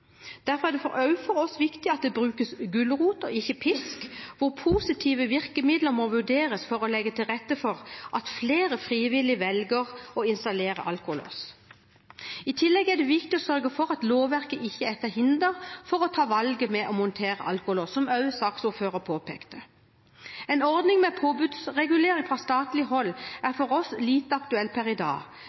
Derfor er det også for oss viktig at det brukes gulrot og ikke pisk, hvor positive virkemidler må vurderes for å legge til rette for at flere frivillig velger å installere alkolås. I tillegg er det viktig å sørge for at lovverket ikke er til hinder for å ta valget med å montere alkolås, som også saksordføreren påpekte. En ordning med påbudsregulering fra statlig hold er for oss lite aktuelt per i dag,